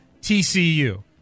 TCU